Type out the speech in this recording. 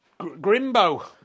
Grimbo